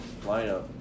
lineup